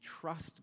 trust